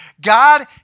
God